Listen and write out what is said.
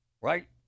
right